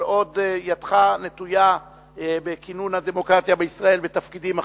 אבל עוד ידך נטויה בכינון הדמוקרטיה בישראל בתפקידים אחרים,